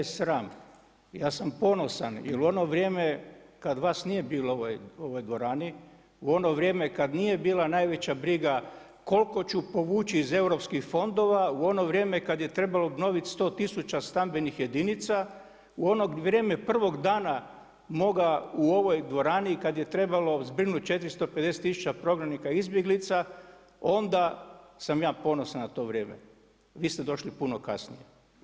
Ne da me sram, ja sam ponosan, jel u ono vrijeme kada vas nije bilo u ovoj dvorani u ono vrijeme kada nije bila najveća briga koliko ću povući iz europskih fondova, u ono vrijeme kada je trebalo obnoviti 100 tisuća stambenih jedinica, u ono vrijeme prvog dana moga u ovoj dvorani kada je trebalo zbrinuti 450 tisuća prognanika i izbjeglica onda sam ja ponosan na to vrijeme, vi ste došli puno kasnije.